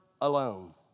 alone